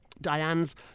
Diane's